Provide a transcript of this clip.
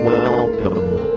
Welcome